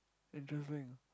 interesting